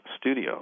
studio